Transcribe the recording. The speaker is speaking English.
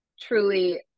truly